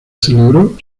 celebró